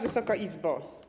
Wysoka Izbo!